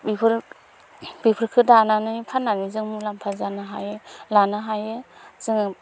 बेफोर बेफोरखौ दानानै फाननानै जों मुलाम्फा जानो हायो लानो हायो जोङो